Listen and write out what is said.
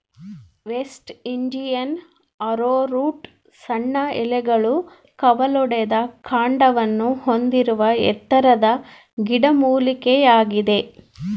West Indian arrowroot ಸಣ್ಣ ಎಲೆಗಳು ಕವಲೊಡೆದ ಕಾಂಡವನ್ನು ಹೊಂದಿರುವ ಎತ್ತರದ ಗಿಡಮೂಲಿಕೆಯಾಗಿದೆ